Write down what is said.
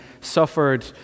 suffered